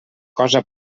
cosa